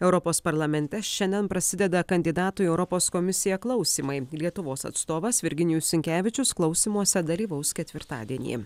europos parlamente šiandien prasideda kandidatų į europos komisiją klausymai lietuvos atstovas virginijus sinkevičius klausymuose dalyvaus ketvirtadienį